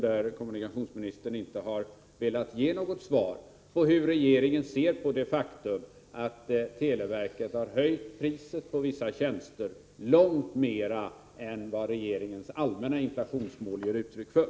Där har kommunikationsministern inte velat ge något svar på frågan hur regeringen ser på det faktum att televerket har höjt priset på vissa tjänster långt mer än vad regeringens allmänna inflationsmål ger uttryck för.